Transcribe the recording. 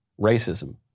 racism